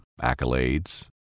accolades